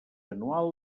anual